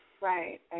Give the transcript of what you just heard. Right